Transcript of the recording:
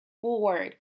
forward